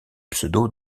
pseudo